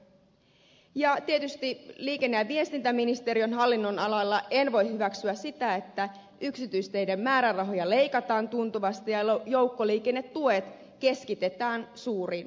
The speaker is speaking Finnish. tietysti liikenne ja viestintäministeriön hallinnonalalla en voi hyväksyä sitä että yksityisteiden määrärahoja leikataan tuntuvasti ja joukkoliikennetuet keskitetään suuriin kaupunkeihin